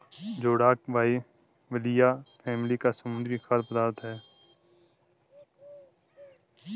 जोडाक बाइबलिया फैमिली का समुद्री खाद्य पदार्थ है